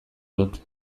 dut